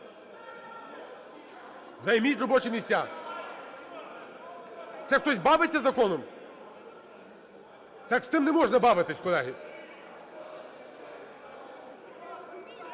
Займіть робочі місця! Це хтось бавиться із законом? Так з цим не можна бавитись, колеги!